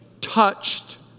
touched